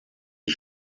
you